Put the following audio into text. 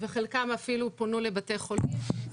וחלקם אפילו פונו לבתי חולים.